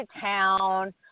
town